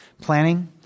planning